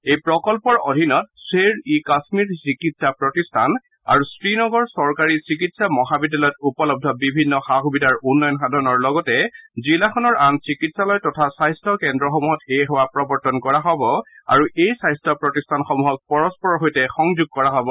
এই প্ৰকল্পৰ অধীনত শ্বেৰ ই কাশ্মীৰ চিকিৎসা প্ৰতিষ্ঠান আৰু শ্ৰীনগৰ চৰকাৰী চিকিৎসা মহাবিদ্যালয়ত উপলৰ বিভিন্ন সা সুবিধাৰ উন্নয়ন সাধনৰ লগতে জিলাখনৰ আন চিকিৎসালয় তথা স্বাস্থ্য কেন্দ্ৰসমূহত এই সেৱা প্ৰৱৰ্তন কৰা হব আৰু এই স্বাস্থ্য প্ৰতিষ্ঠানসমূহক পৰস্পৰ সৈতে সংযোগ কৰা হব